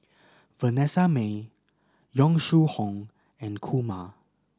Vanessa Mae Yong Shu Hoong and Kumar